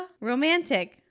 romantic